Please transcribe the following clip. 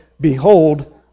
behold